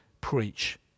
preach